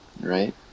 right